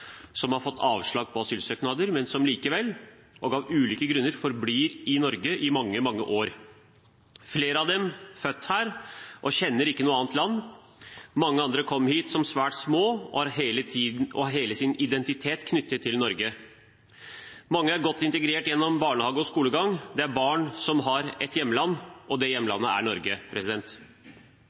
som har fått avslag på asylsøknader, men som likevel og av ulike grunner forblir i Norge i mange, mange år. Flere av dem er født her og kjenner ikke noe annet land. Mange andre kom hit som svært små og har hele sin identitet knyttet til Norge. Mange er godt integrert gjennom barnehage og skolegang. Det er barn som har ett hjemland, og det hjemlandet er Norge.